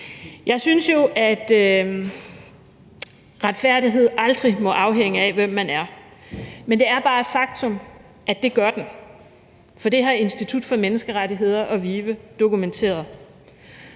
Jeg synes jo, at retfærdighed aldrig må afhænge af, hvem man er. Men det er bare et faktum, at det gør den, for det har Institut for Menneskerettigheder og VIVE dokumenteret.